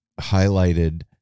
highlighted